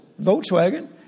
Volkswagen